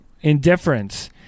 Indifference